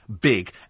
big